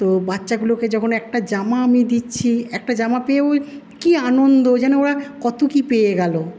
তো বাচ্চাগুলোকে যখন একটা জামা আমি দিচ্ছি একটা জামা পেয়েও কি আনন্দ যেন ওরা কত কি পেয়ে গেলো